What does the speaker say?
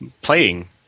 playing